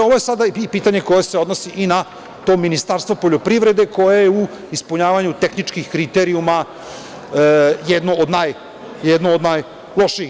Ovo je sada pitanje koje se odnosi i na to Ministarstvo poljoprivrede koje je u ispunjavanju tehničkih kriterijuma jedno od najlošijih.